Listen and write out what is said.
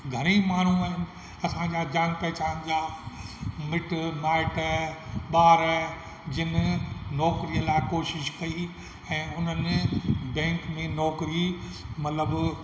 घणेई माण्हू आहिनि असांजा जान पहिचान जा मिट माइट ॿार जिनि नौकिरीअ लाइ कोशिश कई ऐं उन्हनि बैंक में नौकिरी मतलबु